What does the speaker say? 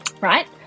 Right